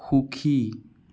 সুখী